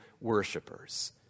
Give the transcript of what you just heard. Worshippers